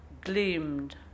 gleamed